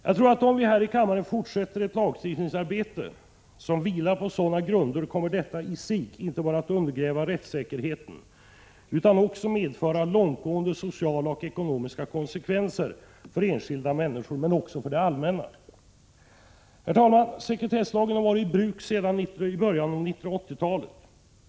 Jag tror att om vi här i kammaren fortsätter ett lagstiftningsarbete som vilar på en sådan grund, kommer detta inte bara att undergräva rättssäkerheten utan också att medföra långtgående sociala och ekonomiska konsekvenser för enskilda människor, men också för det allmänna. Herr talman! Sekretesslagen har varit i kraft sedan början av 80-talet.